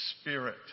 Spirit